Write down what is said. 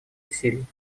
усилий